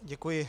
Děkuji.